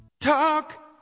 Talk